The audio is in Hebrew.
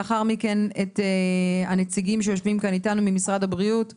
לאחר מכן את הנציגים שיושבים כאן איתנו ממשרד הבריאות והמתמחים.